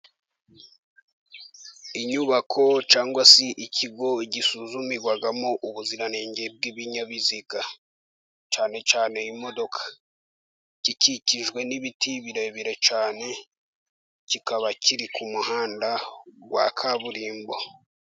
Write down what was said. Inyubako cyangwa se ikigo gisuzumirwamo ubuziranenge bw'ibinyabiziga, cyane cyane imodoka. Gikikijwe n'ibiti birebire cyane, kikaba kiri ku muhanda wa kaburimbo.